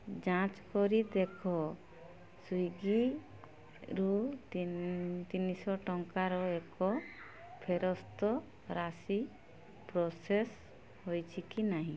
ଯାଞ୍ଚ କରି ଦେଖ ସ୍ଵିଗିରୁ ତିନି ତିନିଶହ ଟଙ୍କାର ଏକ ଫେରସ୍ତ ରାଶି ପ୍ରୋସେସ୍ ହେଇଛି କି ନାହିଁ